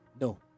no